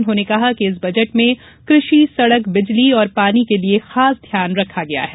उन्होंने कहा कि इस बजट में कृषि सड़क बिजली पानी के लिए खास ध्यान दिया गया है